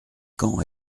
quand